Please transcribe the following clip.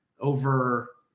over